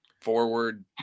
forward